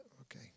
okay